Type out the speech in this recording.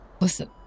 Listen